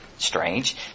strange